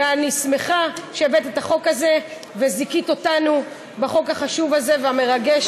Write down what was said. ואני שמחה שהבאת את החוק הזה וזיכית אותנו בחוק החשוב הזה והמרגש.